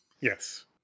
Yes